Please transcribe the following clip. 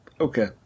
okay